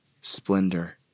splendor